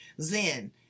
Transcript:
zen